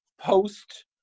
post